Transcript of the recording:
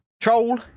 troll